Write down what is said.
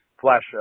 flash